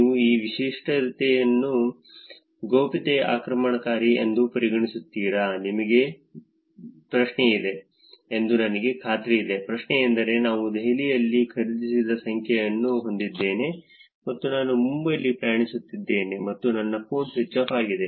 ನೀವು ಈ ವೈಶಿಷ್ಟ್ಯವನ್ನು ಗೌಪ್ಯತೆ ಆಕ್ರಮಣಕಾರಿ ಎಂದು ಪರಿಗಣಿಸುತ್ತೀರಾ ನಿಮಗೆ ಪ್ರಶ್ನೆ ಇದೆ ಎಂದು ನನಗೆ ಖಾತ್ರಿಯಿದೆ ಪ್ರಶ್ನೆಯೆಂದರೆ ನಾನು ದೆಹಲಿಯಲ್ಲಿ ಖರೀದಿಸಿದ ಸಂಖ್ಯೆಯನ್ನು ಹೊಂದಿದ್ದೇನೆ ಮತ್ತು ನಾನು ಮುಂಬೈನಲ್ಲಿ ಪ್ರಯಾಣಿಸುತ್ತಿದ್ದೇನೆ ಮತ್ತು ನನ್ನ ಫೋನ್ ಸ್ವಿಚ್ ಆಫ್ ಆಗಿದೆ